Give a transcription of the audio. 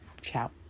Ciao